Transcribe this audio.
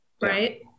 Right